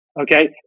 okay